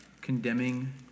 condemning